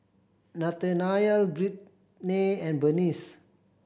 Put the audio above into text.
Nathanael Brittnay and Bernice